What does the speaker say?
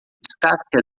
descasque